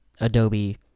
Adobe